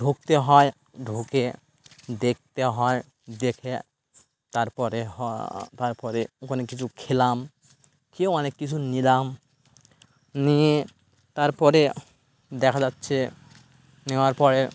ঢুকতে হয় ঢুকে দেখতে হয় দেখে তারপরে তারপরে ওখানে কিছু খেলাম খেয়ে অনেক কিছু নিলাম নিয়ে তারপরে দেখা যাচ্ছে নেওয়ার পরে